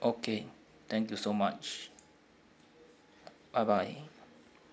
okay thank you so much bye bye